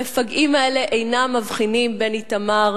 המפגעים האלה אינם מבחינים בין איתמר